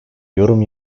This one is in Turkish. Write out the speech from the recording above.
yorum